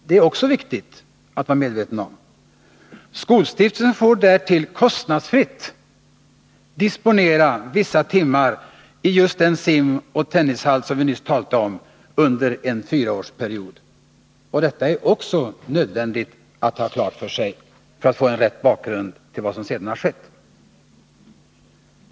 Det är viktigt att man är medveten också om detta. Skolstiftelsen får därtill kostnadsfritt disponera vissa timmar i just den av mig nyss nämnda simoch tennishallen under en fyraårsperiod. Det är nödvändigt att man har även detta klart för sig för att man skall få en riktig bakgrund till vad som sedan har skett.